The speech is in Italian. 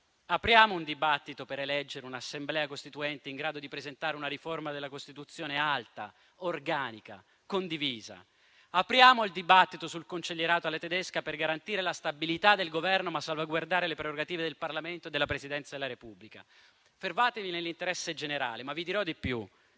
apriamo un dibattito per eleggere un'Assemblea costituente in grado di presentare una riforma della Costituzione alta, organica, condivisa. Apriamo il dibattito sul cancellierato alla tedesca per garantire la stabilità del Governo ma salvaguardare le prerogative del Parlamento e della Presidenza della Repubblica. Fermatevi nell'interesse generale, ma vi dirò di più: